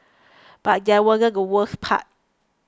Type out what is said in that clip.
but that wasn't the worst part